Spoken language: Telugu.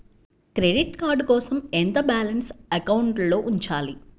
క్రెడిట్ కార్డ్ కోసం ఎంత బాలన్స్ అకౌంట్లో ఉంచాలి?